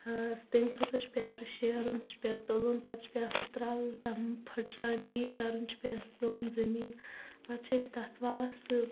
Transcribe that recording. ٲں تمہِ خٲطرٕ چھُ پیٚوان سُہ شیرُن سُہ چھُ پیٚوان تُلُن پتہِ چھُ پیٚوان سُہ ترٛل تام پھِٹراونی کرُن چھُ پیٚوان سوٚم زمیٖن پتہٕ چھِ أسۍ تتھ ووان سُہ